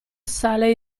sale